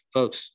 Folks